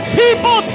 people